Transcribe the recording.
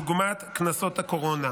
דוגמת קנסות הקורונה.